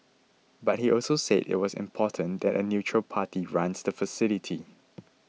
but he also said it was important that a neutral party runs the facility